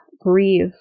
grieve